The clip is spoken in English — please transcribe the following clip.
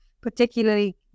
particularly